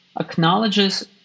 acknowledges